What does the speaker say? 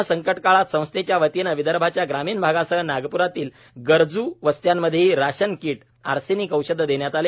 corona संकटकाळात संस्थेच्या वतीने विदर्भाच्या ग्रामीण भागासह नागप्रातील गरजू वस्त्यांमध्येही राशन कीट अर्सेनिक औषधे देण्यात आले